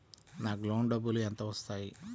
నాకు లోన్ డబ్బులు ఎంత వస్తాయి?